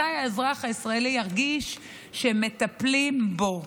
מתי האזרח הישראלי ירגיש שמטפלים בו?